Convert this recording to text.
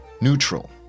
neutral